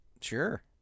Sure